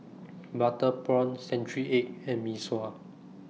Butter Prawn Century Egg and Mee Sua